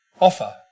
offer